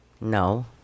No